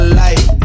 light